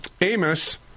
Amos